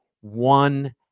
one